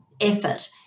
effort